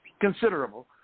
considerable